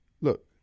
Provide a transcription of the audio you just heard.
look